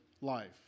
life